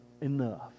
enough